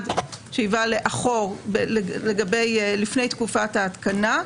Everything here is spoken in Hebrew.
סוג אחד שאיבה לאחור לפני תקופת ההתקנה.